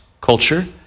culture